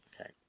Okay